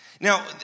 Now